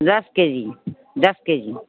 दस केजी दस केजी